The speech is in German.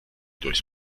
durchs